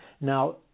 Now